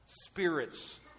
Spirit's